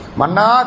mana